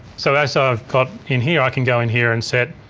so as i've got in here i can go in here and set,